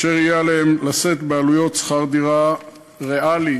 ויהיה עליהם לשאת בעלויות שכר-דירה ריאלי